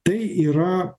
tai yra